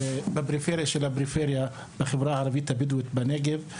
בפריפריה של הפריפריה, החברה הערבית הבדואית בנגב.